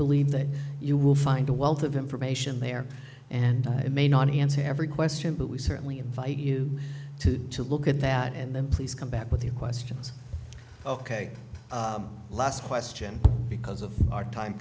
believe that you will find a wealth of information there and it may not answer every question but we certainly invite you to to look at that and then please come back with the questions ok last question because of our time